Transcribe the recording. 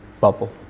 bubble